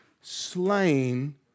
slain